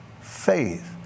faith